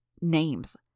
Names